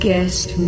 guest